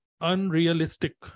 unrealistic